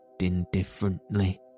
indifferently